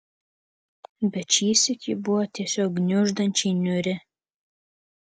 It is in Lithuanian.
bet šįsyk ji buvo tiesiog gniuždančiai niūri